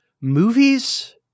movies –